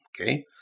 Okay